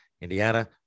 Indiana